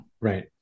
Right